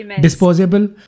disposable